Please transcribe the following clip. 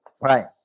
right